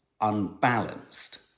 unbalanced